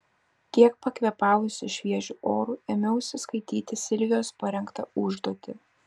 kiek pakvėpavusi šviežiu oru ėmiausi skaityti silvijos parengtą užduotį